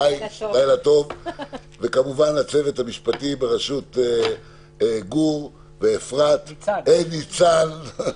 וכמובן לצוות המשפטי בראשות גור וניצן.